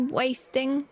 wasting